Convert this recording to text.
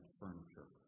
furniture